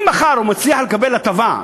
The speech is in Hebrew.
אם מחר הוא מצליח לקבל הטבה,